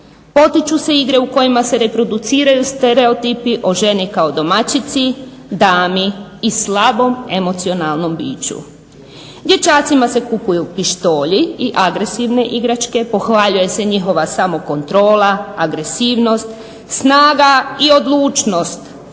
potiču se igre u kojima se reproduciraju stereotipi o ženi kao domaćici, dami i slabom emocionalnom biću. Dječacima se kupuju pištolji i agresivne igračke, pohvaljuje se njihova samokontrola, agresivnost, snaga i odlučnost,